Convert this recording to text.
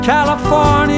California